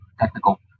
technical